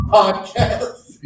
podcast